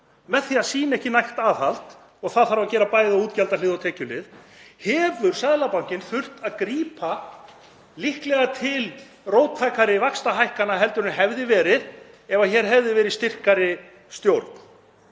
með því að sýna ekki nægt aðhald og það þarf að gera bæði á útgjaldahlið og tekjuhlið, hefur Seðlabankinn þurft að grípa líklega til róttækari vaxtahækkana en ef hér hefði verið styrkari stjórn.